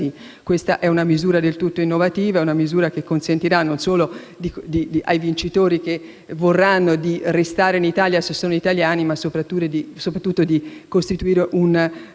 questa è una misura del tutto innovativa, che consentirà non solo ai vincitori che vorranno restare in Italia, se sono italiani, ma soprattutto costituirà un